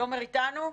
תומר איתנו?